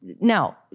now